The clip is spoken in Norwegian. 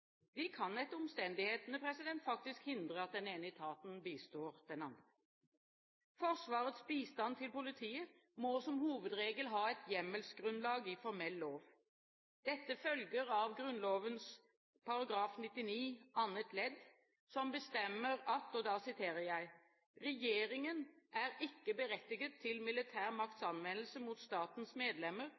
De kan etter omstendighetene faktisk hindre at den ene etaten bistår den andre. Forsvarets bistand til politiet må som hovedregel ha et hjemmelsgrunnlag i formell lov. Dette følger av Grunnloven § 99 annet ledd, som bestemmer at «Regjeringen er ikke berettiget til militær Magts Anvendelse mod Statens Medlemmer,